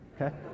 okay